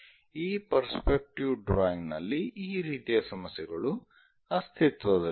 ಈ perspective drawing ನಲ್ಲಿ ಈ ರೀತಿಯ ಸಮಸ್ಯೆಗಳು ಅಸ್ತಿತ್ವದಲ್ಲಿವೆ